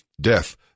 death